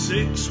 Six